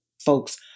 folks